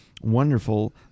wonderful